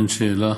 אכן, שאלה.